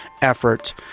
efforts